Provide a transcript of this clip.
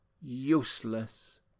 Useless